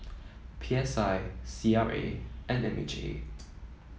P S I C R A and M H A